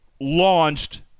launched